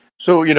so, you know